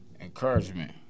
Encouragement